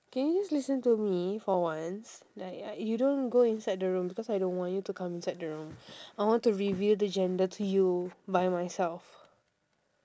can you just listen me for once like you don't go inside the room because I don't want you to come inside the room I want to reveal the gender to you by myself